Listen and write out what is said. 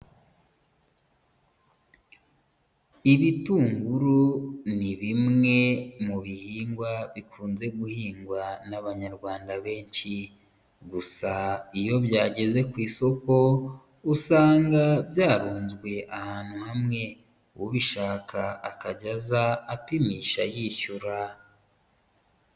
Ibitunguru ni bimwe mu bihingwa bikunze guhingwa n'abanyarwanda benshi. Gusa iyo byageze ku isoko, usanga byarunzwe ahantu hamwe. Ubishaka akajya aza, apimisha yishyura.